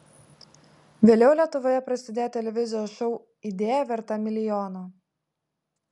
vėliau lietuvoje prasidėjo televizijos šou idėja verta milijono